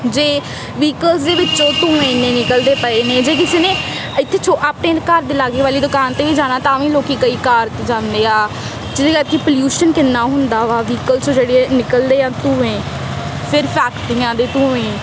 ਜੇ ਵਹੀਕਲ ਦੇ ਵਿੱਚੋਂ ਧੂੰਏਂ ਇੰਨੇ ਨਿਕਲਦੇ ਪਏ ਨੇ ਜੇ ਕਿਸੇ ਨੇ ਇੱਥੇ ਛੋ ਆਪਣੇ ਘਰ ਦੀ ਲਾਗੇ ਵਾਲੀ ਦੁਕਾਨ 'ਤੇ ਵੀ ਜਾਣਾ ਤਾਂ ਵੀ ਲੋਕ ਕਈ ਕਾਰ 'ਤੇ ਜਾਂਦੇ ਆ ਜਿਹਦੇ ਕਰਕੇ ਪੋਲਿਊਸ਼ਨ ਕਿੰਨਾ ਹੁੰਦਾ ਵਾ ਵਹੀਕਲ 'ਚੋਂ ਜਿਹੜੇ ਨਿਕਲਦੇ ਆ ਧੂੰਏਂ ਫਿਰ ਫੈਕਟਰੀਆਂ ਦੇ ਧੂੰਏਂ